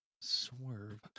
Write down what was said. swerve